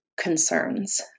concerns